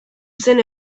zen